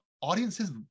audiences